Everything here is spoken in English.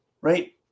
right